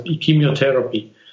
chemotherapy